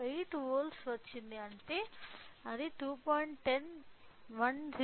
8 volt వచ్చింది అంటే అది 28